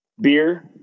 beer